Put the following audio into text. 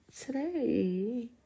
today